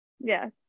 Yes